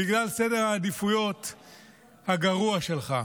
בגלל סדר העדיפות הגרוע שלך.